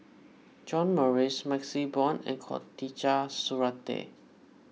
John Morrice MaxLe Blond and Khatijah Surattee